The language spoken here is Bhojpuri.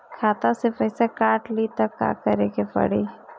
खाता से पैसा काट ली त का करे के पड़ी?